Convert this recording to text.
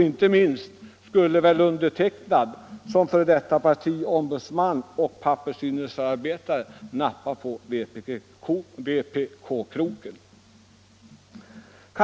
Inte minst skulle väl jag som f.d. partiombudsman och pappersindustriarbetare nappa på den vpk-kroken.